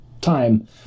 time